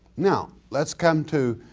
now let's come to,